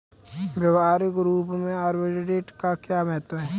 व्यवहारिक रूप में आर्बिट्रेज का क्या महत्व है?